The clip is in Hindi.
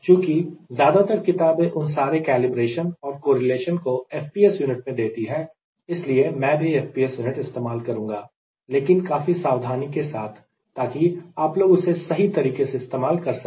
चुंकि ज्यादातर किताबें उन सारे कैलिब्रेशन और कोरिलेशन को FPS यूनिट में देती है इसलिए मैं भी FPS यूनिट इस्तेमाल करूंगा लेकिन काफी सावधानी के साथ ताकि आप लोग उसे सही तरीके से इस्तेमाल कर सके